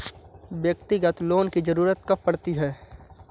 व्यक्तिगत लोन की ज़रूरत कब पड़ती है?